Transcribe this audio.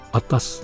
atas